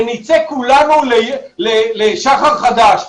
ונצא כולנו לשחר חדש.